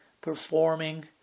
performing